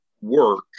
work